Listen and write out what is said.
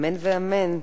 אמן ואמן.